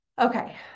Okay